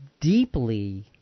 deeply